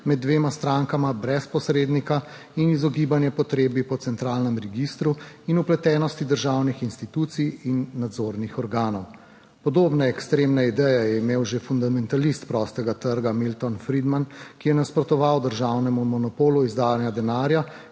med dvema strankama brez posrednika in izogibanje potrebi po centralnem registru in vpletenosti državnih institucij in nadzornih organov. Podobne ekstremne ideje je imel že fundamentalist prostega trga Milton Friedman, ki je nasprotoval državnemu monopolu izdajanja denarja